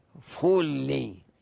fully